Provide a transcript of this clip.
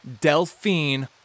Delphine